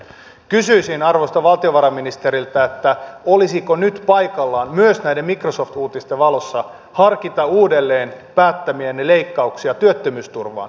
kysyisin arvoisalta valtiovarainministeriltä että olisiko nyt paikallaan myös näiden microsoft uutisten valossa harkita uudelleen päättämiänne leikkauksia työttömyysturvaan